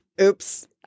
Oops